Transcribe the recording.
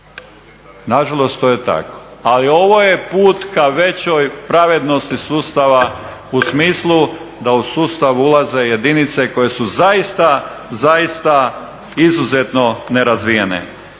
Na žalost to je tako. Ali ovo je put ka većoj pravednosti sustava u smislu da u sustav ulaze jedinice koje su zaista, zaista izuzetno nerazvijene.